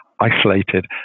isolated